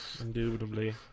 Indubitably